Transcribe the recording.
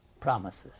promises